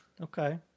Okay